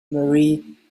marie